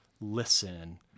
listen